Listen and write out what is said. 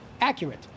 accurate